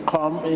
Come